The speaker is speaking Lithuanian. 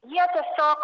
jie tiesiog bus